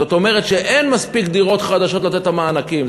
זאת אומרת שאין מספיק דירות חדשות לתת את המענקים.